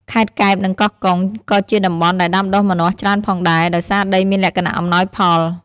ខេត្តកែប និង កោះកុង ក៏ជាតំបន់ដែលដាំដុះម្នាស់ច្រើនផងដែរ ដោយសារដីមានលក្ខណៈអំណោយផល។